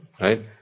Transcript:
right